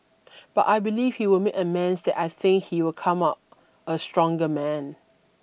but I believe he will make amends that I think he will come out a stronger man